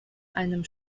einem